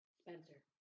Spencer